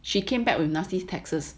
she came back with nasty texts